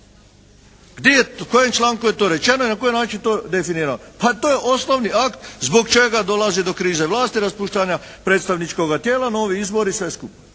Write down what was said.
troši. U kojem članku je to rečeno i na koji način to definira? Pa to je osnovni akt zbog čega dolazi do krize vlasti, raspuštanja predstavničkoga tijela, novi izbori i sve skupa.